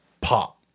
pop